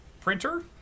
printer